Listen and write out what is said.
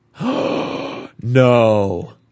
No